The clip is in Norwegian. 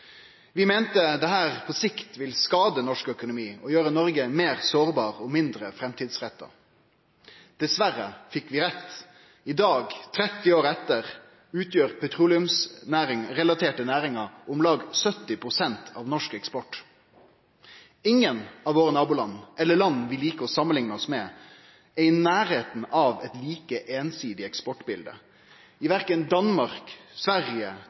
Vi meinte dette på sikt vil skade norsk økonomi og gjere Noreg meir sårbar og mindre framtidsretta. Dessverre fekk vi rett. I dag, 30 år etter, utgjer petroleumsrelaterte næringar om lag 70 pst. av norsk eksport. Ingen av våre naboland eller land vi liker å samanlikne oss med, er i nærleiken av eit like einsidig eksportbilde. I verken Danmark, Sverige,